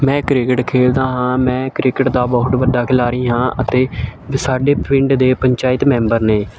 ਮੈਂ ਕ੍ਰਿਕਟ ਖੇਲਦਾ ਹਾਂ ਮੈਂ ਕ੍ਰਿਕਟ ਦਾ ਬਹੁਤ ਵੱਡਾ ਖਿਲਾਰੀ ਹਾਂ ਅਤੇ ਸਾਡੇ ਪਿੰਡ ਦੇ ਪੰਚਾਇਤ ਮੈਂਬਰ ਨੇ